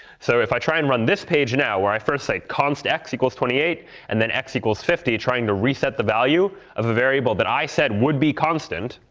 so if i try and run this page now, where i first site const x equals twenty eight and then x equals fifty, trying to reset the value of the variable that i said would be constant,